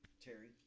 Terry